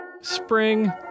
Spring